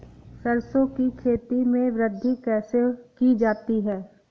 सरसो की खेती में वृद्धि कैसे की जाती है?